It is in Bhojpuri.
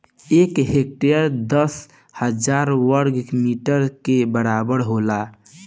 एक हेक्टेयर दस हजार वर्ग मीटर के बराबर होला